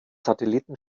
satelliten